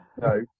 No